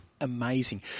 amazing